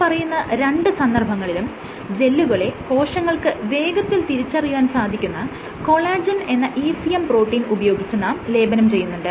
ഈ പറയുന്ന രണ്ട് സന്ദർഭങ്ങളിലും ജെല്ലുകളെ കോശങ്ങൾക്ക് വേഗത്തിൽ തിരിച്ചറിയാൻ സാധിക്കുന്ന കൊളാജെൻ എന്ന ECM പ്രോട്ടീൻ ഉപയോഗിച്ച് നാം ലേപനം ചെയ്യുന്നുണ്ട്